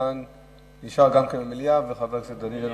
גם אתה נשאר במליאה, וחבר הכנסת דני דנון?